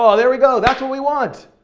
ah there we go, that's what we want!